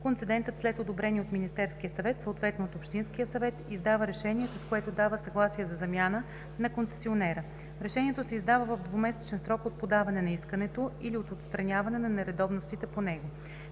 концедентът, след одобрение от Министерския съвет, съответно от общинския съвет, издава решение, с което дава съгласие за замяна на концесионера. Решението се издава в двумесечен срок от подаване на искането или от отстраняване на нередовностите по него.